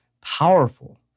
powerful